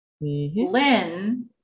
Lynn